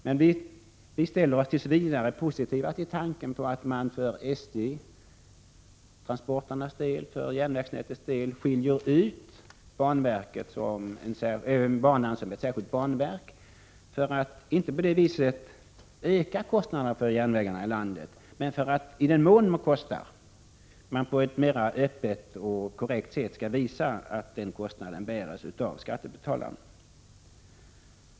Vi moderater ställer oss tills vidare positiva till tanken på att för SJ-transporternas och järnvägsnätets del skiljs banan ut som ett särskilt banverk, inte för att på det sättet öka kostnaderna för järnvägarna i landet men för att, i den mån de kostar, på ett mera öppet och korrekt sätt visa att kostnaderna bärs av skattebetalarna.